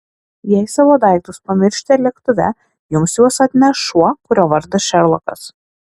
jei savo daiktus pamiršite lėktuve jums juos atneš šuo kurio vardas šerlokas